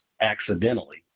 accidentally